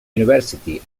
university